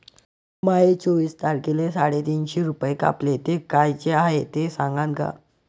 माये चोवीस तारखेले साडेतीनशे रूपे कापले, ते कायचे हाय ते सांगान का?